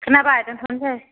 खोनाबाय दोनथ'नोसै